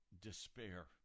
despair